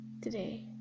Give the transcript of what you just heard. today